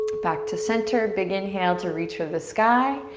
back to center, big inhale to reach for the sky.